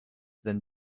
than